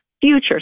future